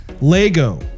Lego